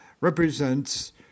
represents